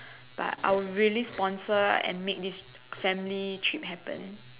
but I would really sponsor and make this family trip happen